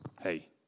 hey